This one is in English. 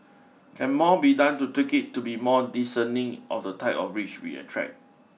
can more be done to tweak it to be more discerning of the type of rich we attract